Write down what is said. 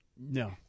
No